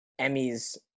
Emmys